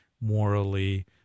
morally